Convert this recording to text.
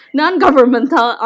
non-governmental